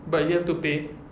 but you have to pay